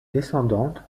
descendante